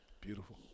Beautiful